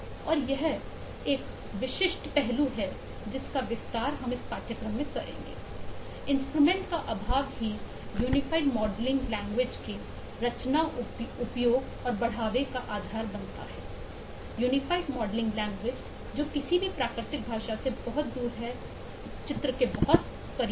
और यह एक विशिष्ट पहलू है जिसका विस्तार हम इस पाठ्यक्रम में करेंगे इंस्ट्रूमेंट जो किसी भी प्राकृतिक भाषा से बहुत दूर है चित्र के बहुत करीब है